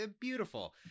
beautiful